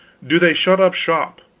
do they shut up shop,